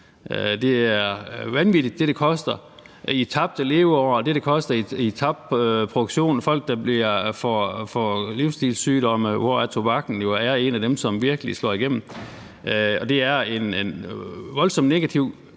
Det er vanvittigt med det, som det koster i tabte leveår, og det, som det koster i tabt produktion, og folk, der får livsstilssygdomme, hvor tobakken jo er en af dem, som virkelig slår igennem. Det er en voldsomt negativ